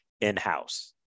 in-house